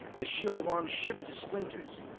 the shield of arms shivered to splinters.